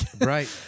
Right